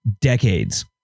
Decades